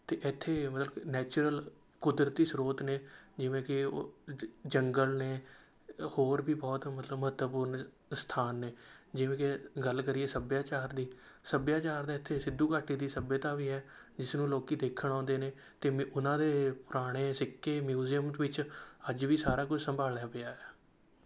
ਅਤੇ ਇੱਥੇ ਮਤਲਬ ਨੈਚੁਰਲ ਕੁਦਰਤੀ ਸਰੋਤ ਨੇ ਜਿਵੇਂ ਕਿ ਜੰਗਲ ਨੇ ਹੋਰ ਵੀ ਬਹੁਤ ਮਤਲਬ ਮਹੱਤਵਪੂਰਨ ਸਥਾਨ ਨੇ ਜਿਵੇਂ ਕਿ ਗੱਲ ਕਰੀਏ ਸੱਭਿਆਚਾਰ ਦੀ ਸੱਭਿਆਚਾਰ ਦਾ ਇੱਥੇ ਸਿੱਧੂ ਘਾਟੀ ਦੀ ਸੱਭਿਅਤਾ ਵੀ ਹੈ ਜਿਸ ਨੂੰ ਲੋਕ ਦੇਖਣ ਆਉਂਦੇ ਨੇ ਅਤੇ ਮ ਉਹਨਾਂ ਦੇ ਪੁਰਾਣੇ ਸਿੱਕੇ ਮਿਊਜ਼ੀਅਮ ਵਿੱਚ ਅੱਜ ਵੀ ਸਾਰਾ ਕੁਛ ਸੰਭਾਲਿਆ ਪਿਆ